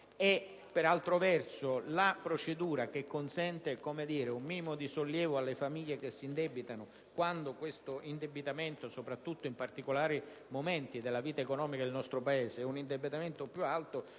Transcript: criminali e la procedura che consente un minimo di sollievo alle famiglie che si indebitano, quando questo indebitamento, sopratutto in particolari momenti della vita economica del nostro Paese, è più alto.